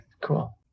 cool